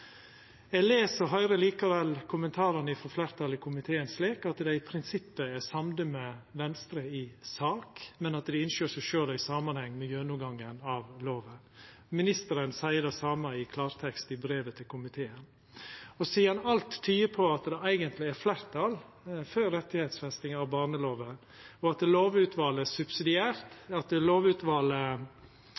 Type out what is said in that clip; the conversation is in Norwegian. Eg les og høyrer likevel kommentarane frå fleirtalet i komiteen slik at dei i prinsippet er samde med Venstre i sak, men at dei ønskjer å sjå det i samanheng med gjennomgangen av lova. Ministeren seier det same i klartekst i brevet til komiteen. Sidan alt tyder på at det eigentleg er fleirtal for rettigheitsfesting av barnelova, og at lovutvalet no får dette som oppdrag, ber eg òg om, og forventar, at